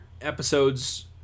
Episodes